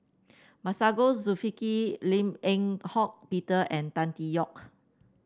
Masagos Lim Eng Hock Peter and Tan Tee Yoke